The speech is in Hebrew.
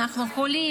גם כשאנחנו חולים.